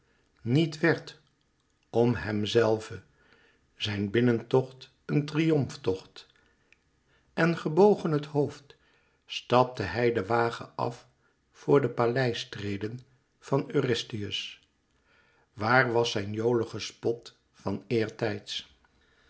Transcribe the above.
niet werd om hemzelven zijn binnentocht een triomftocht en gebogen het hoofd stapte hij den wagen af voor de paleistreden van eurystheus waar was zijn jolige spot van eertijds